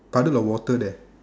puddle of water there